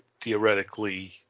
theoretically